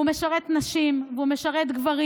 הוא משרת נשים והוא משרת גברים,